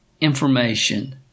information